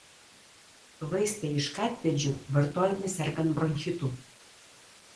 vaistai iš katpėdžių vartojami sergant bronchitu